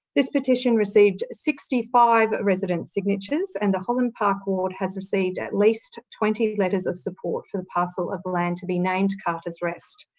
this petition received sixty five resident's signatures and the holland park ward has received at least twenty letters of support for the parcel of land to be named carter's rest.